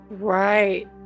Right